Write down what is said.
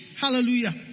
hallelujah